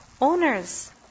owners